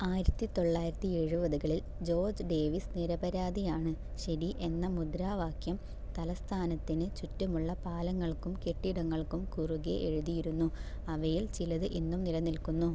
ആയിരത്തി തൊള്ളായിരത്തി എഴുപതുകളിൽ ജോർജ് ഡേവിസ് നിരപരാധിയാണ് ശരി എന്ന മുദ്രാവാക്യം തലസ്ഥാനത്തിന് ചുറ്റുമുള്ള പാലങ്ങൾക്കും കെട്ടിടങ്ങൾക്കും കുറുകെ എഴുതിയിരുന്നു അവയിൽ ചിലത് ഇന്നും നിലനിൽക്കുന്നു